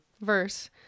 verse